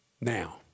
Now